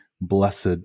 blessed